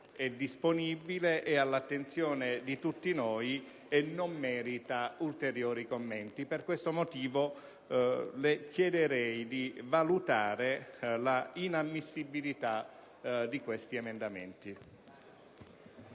è disponibile, è all'attenzione di tutti noi e non merita ulteriori commenti. Per questi motivi chiedo di valutare l'ammissibilità di questo emendamento.